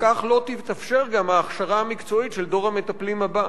וכך לא תתאפשר גם ההכשרה המקצועית של דור המטפלים הבא.